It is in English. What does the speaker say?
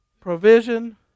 Provision